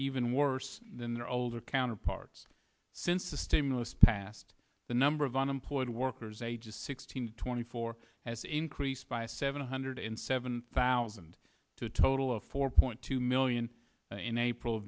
even worse than their older counterparts since the stimulus passed the number of unemployed workers ages sixteen to twenty four has increased by a seven hundred seven thousand to a total of four point two million in april